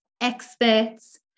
experts